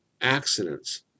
accidents